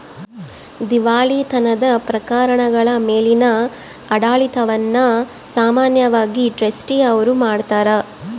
ದಿವಾಳಿತನದ ಪ್ರಕರಣಗಳ ಮೇಲಿನ ಆಡಳಿತವನ್ನು ಸಾಮಾನ್ಯವಾಗಿ ಟ್ರಸ್ಟಿ ಅವ್ರು ಮಾಡ್ತಾರ